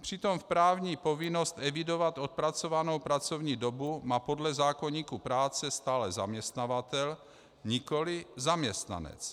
Přitom právní povinnost evidovat odpracovanou pracovní dobu má podle zákoníku práce stále zaměstnavatel, nikoli zaměstnanec.